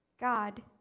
God